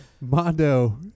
Mondo